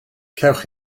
cewch